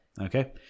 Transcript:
Okay